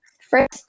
first